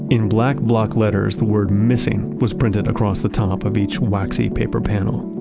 in black block letters, the word missing was printed across the top of each waxy paper panel.